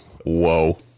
whoa